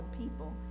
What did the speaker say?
people